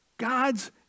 God's